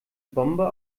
bombe